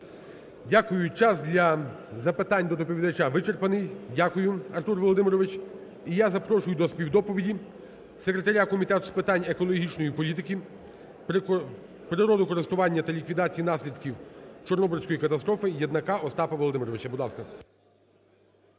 Дякую. Час для запитань до доповідача вичерпаний. Дякую, Артур Володимирович. І я запрошую до співдоповіді секретаря Комітету з питань екологічної політики, природокористування та ліквідації наслідків Чорнобильської катастрофи Єднака Остапа Володимировича. Будь ласка.